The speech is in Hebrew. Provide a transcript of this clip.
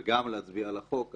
וגם להצביע על החוק,